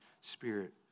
spirit